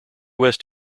west